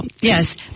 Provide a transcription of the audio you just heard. yes